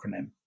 acronym